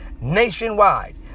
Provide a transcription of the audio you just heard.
nationwide